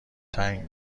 تنگ